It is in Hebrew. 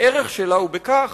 הערך שלה הוא בכך